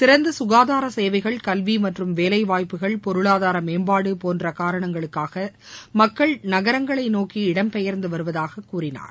சிறந்த சுகாதார சேவைகள் கல்வி மற்றும் வேலை வாய்ப்புகள் பொருளாதார மேம்பாடு போன்ற காரணங்களுக்கான மக்கள் நகரங்களைநோக்கி இடம் பெயர்ந்து வருவதாக கூறினார்